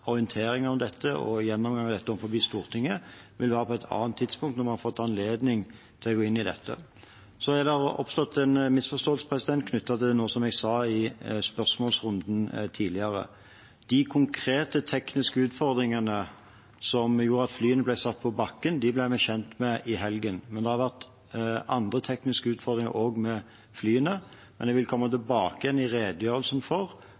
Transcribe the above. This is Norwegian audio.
orientering om dette og en gjennomgang av dette overfor Stortinget. Det vil være på et annet tidspunkt, når vi har fått anledning til å gå inn i dette. Så har det oppstått en misforståelse knyttet til noe jeg sa i spørsmålsrunden tidligere. De konkrete tekniske utfordringene som gjorde at flyene ble satt på bakken, ble vi kjent med i helgen. Men det har også vært andre tekniske utfordringer med flyene. Jeg vil i redegjørelsen komme